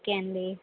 okay అండి